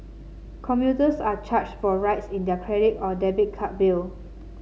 commuters are charged for rides in their credit or debit card bill